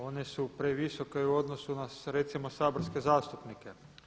One su previsoke i u odnosu na recimo saborske zastupnike.